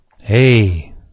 Hey